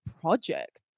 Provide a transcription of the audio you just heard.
project